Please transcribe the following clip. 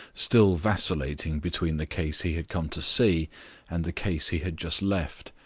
still vacillating between the case he had come to see and the case he had just left.